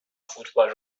فوتبال